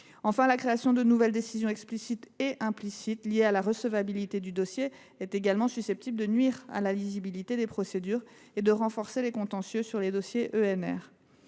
Enfin, la création de nouvelles décisions explicites et implicites liées à la recevabilité du dossier est également susceptible de nuire à la visibilité des procédures et de renforcer les contentieux sur les dossiers EnR.